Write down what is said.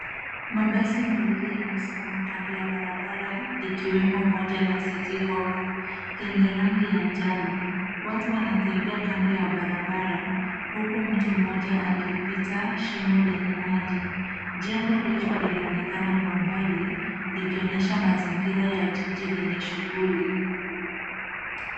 Mabasi mawili yamesimama kando ya barabara, likiwemo moja la City Hoppa yenye rangi ya manjano. Watu wanatembea kando ya barabara, huku mtu mmoja akipita shimo lenye maji. Jengo refu linaonekana kwa mbali likionyesha mazingira ya jiji lenye shughuli.